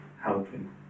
helping